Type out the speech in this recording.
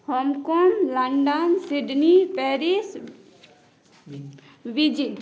Hong Kong London Sydney Paris Beijing